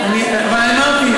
אבל אמרתי,